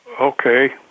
Okay